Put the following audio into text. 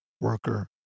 worker